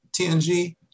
TNG